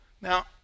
Now